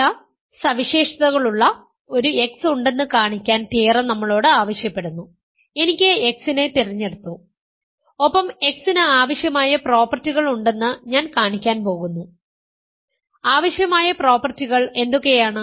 ചില സവിശേഷതകളുള്ള ഒരു x ഉണ്ടെന്ന് കാണിക്കാൻ തിയറം നമ്മളോട് ആവശ്യപ്പെടുന്നു എനിക്ക് x നെ തിരഞ്ഞെടുത്തു ഒപ്പം x ന് ആവശ്യമായ പ്രോപ്പർട്ടികൾ ഉണ്ടെന്ന് ഞാൻ കാണിക്കാൻ പോകുന്നു ആവശ്യമായ പ്രോപ്പർട്ടികൾ എന്തൊക്കെയാണ്